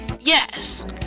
Yes